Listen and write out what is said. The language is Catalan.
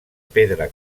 pedra